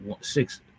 Six